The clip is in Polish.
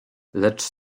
lecz